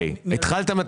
מתי התחלתם את